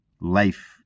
life